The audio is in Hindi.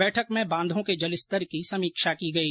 बैठक में बांधों के जल स्तर की समीक्षा की गई